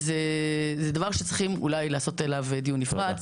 אז זה דבר שצריכים אולי לעשות עליו דיון נפרד,